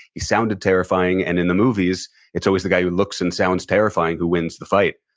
he sounded terrifying. and in the movies it's always the guy who looks and sounds terrifying who wins the fight.